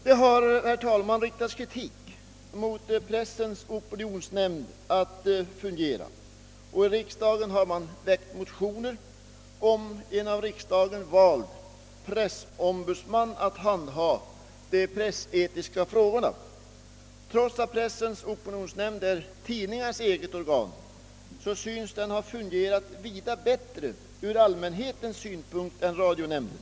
Det har, herr talman, riktats kritik mot det sätt på vilket pressens opinionsnämnd fungerar, och i riksdagen har väckts motioner om tillsättande av en av riksdagen vald pressombudsman som skulle handha de pressetiska frågorna. Trots att pressens opinionsnämnd är tidningarnas eget organ synes den ha fungerat vida bättre ur allmänhetens synpunkt än radionämnden.